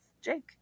Jake